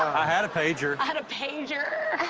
i had a pager. i had a pager.